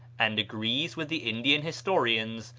and agrees with the indian historians,